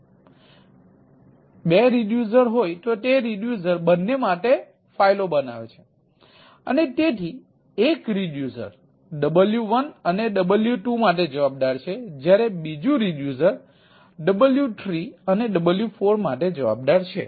અને બે રિડ્યુસર હોય તો તે રિડ્યુસર બંને માટે ફાઇલો બનાવે છે અને તેથી એક રિડ્યુસર w1 અને w2 માટે જવાબદાર છે જયારે બીજું રિડ્યુસર w3 અને w4 માટે જવાબદાર છે